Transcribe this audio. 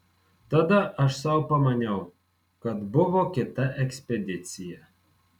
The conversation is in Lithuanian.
tada aš sau pamaniau kad buvo kita ekspedicija